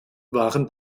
waren